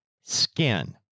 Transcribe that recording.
skin